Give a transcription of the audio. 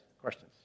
questions